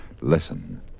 Listen